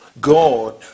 God